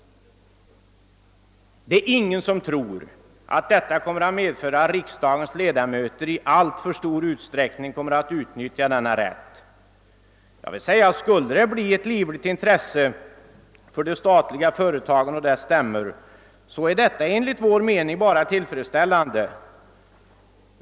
Det finns ingen som tror att detta kommer att medföra att riksdagens le damöter i alltför stor utsträckning kommer att utnyttja denna rätt. Skulle det emellertid visas ett livligt intresse för de statliga företagens stämmor, är detta enligt vår mening bara tillfredsställande.